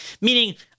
Meaning